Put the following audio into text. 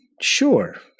sure